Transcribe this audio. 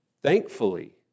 Thankfully